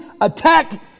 attack